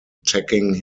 attacking